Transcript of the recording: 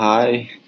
Hi